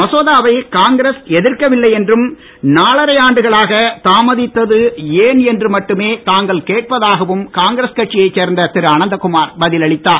மசோதாவை காங்கிரஸ் எதிர்க்க வில்லை என்றும் நாலரை ஆண்டுகளாக தாமதித்தது ஏன் என்று மட்டுமே தாங்கள் கேட்பதாகவும் காங்கிரஸ் கட்சியைச் சேர்ந்த திரு அனந்தகுமார் பதில் அளித்தார்